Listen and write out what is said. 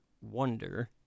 wonder